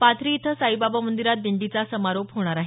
पाथरी इथं साईबाबा मंदिरात दिंडीचा समारोप होणार आहे